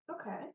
Okay